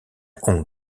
hong